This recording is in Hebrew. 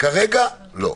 כרגע לא.